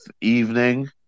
evening